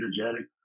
energetic